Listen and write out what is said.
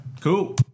Cool